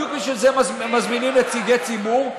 בדיוק בשביל זה מזמינים נציגי ציבור.